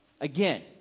Again